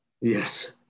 Yes